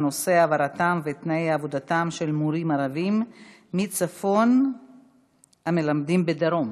בנושא: העברתם ותנאי עבודתם של מורים ערבים מצפון המלמדים בדרום.